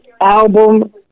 album